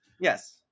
Yes